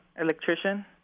electrician